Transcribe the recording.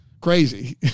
crazy